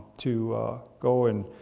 to go and,